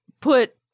put